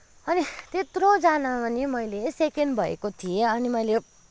अनि त्यत्रोजनामा नि मैले सेकेन्ड भएको थिएँ अनि मैले